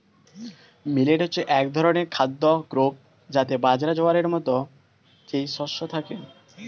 millet হচ্ছে এক ধরনের খাদ্য গ্রূপ যাতে বাজরা, জোয়ারের মতো যেই শস্য থাকে